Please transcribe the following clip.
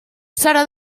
serà